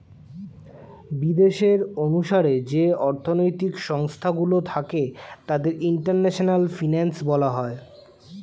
বিদেশের অনুসারে যে অর্থনৈতিক সংস্থা গুলো থাকে তাদের ইন্টারন্যাশনাল ফিনান্স বলা হয়